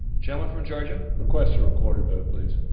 gentleman from georgia. request a recorded vote, please.